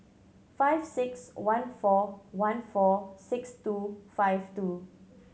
five six one four one four six two five two